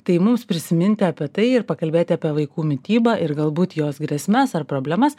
tai mums prisiminti apie tai ir pakalbėti apie vaikų mitybą ir galbūt jos grėsmes ar problemas